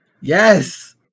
Yes